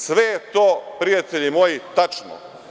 Sve je to prijatelji moji tačno.